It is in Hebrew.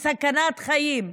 בסכנת חיים.